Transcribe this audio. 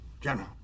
General